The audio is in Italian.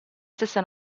stessa